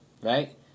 right